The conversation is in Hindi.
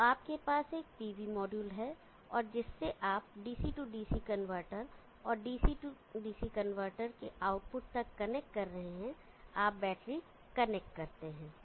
तो आपके पास एक pv मॉड्यूल है और जिससे आप DC DC कनवर्टर और DC DC कनवर्टर के आउटपुट तक कनेक्ट कर रहे हैं आप बैटरी कनेक्ट करते हैं